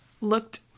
looked